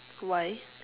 why